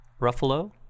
Ruffalo